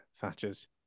Thatchers